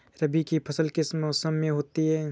रबी की फसल किस मौसम में होती है?